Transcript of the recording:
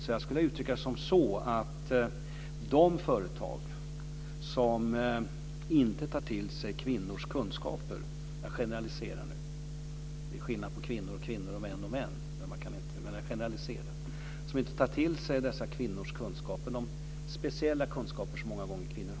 De företag som inte tar till sig de speciella kunskaper som kvinnor många gånger har - jag generaliserar: det är skillnad på kvinnor och kvinnor och män och män - lever farligt. De företagen kommer att förlora både i styrelse och i management.